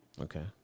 Okay